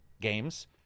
games